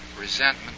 resentment